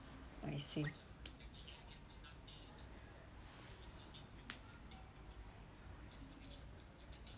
I see